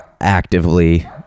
actively